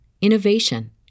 innovation